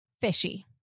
fishy